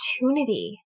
opportunity